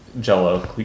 Jello